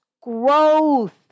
growth